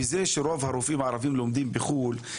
וזה שרוב הרופאים הערביים לומדים בחו"ל,